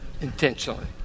intentionally